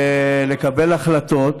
ולקבל החלטות